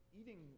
eating